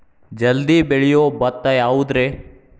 ಜಲ್ದಿ ಬೆಳಿಯೊ ಭತ್ತ ಯಾವುದ್ರೇ?